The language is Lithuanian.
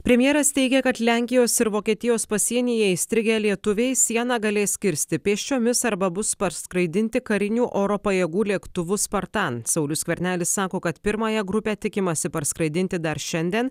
premjeras teigė kad lenkijos ir vokietijos pasienyje įstrigę lietuviai sieną galės kirsti pėsčiomis arba bus parskraidinti karinių oro pajėgų lėktuvu spartan saulius skvernelis sako kad pirmąją grupę tikimasi parskraidinti dar šiandien